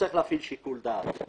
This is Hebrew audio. נפתח את כל הדברים האחרים,